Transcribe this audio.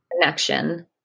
connection